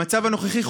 במצב הנוכחי,